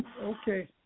Okay